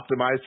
optimized